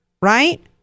right